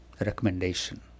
recommendation